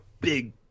big